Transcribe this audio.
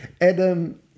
Adam